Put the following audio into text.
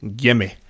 yummy